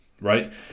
right